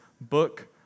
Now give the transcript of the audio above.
book